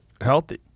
healthy